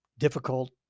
difficult